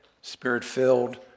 spirit-filled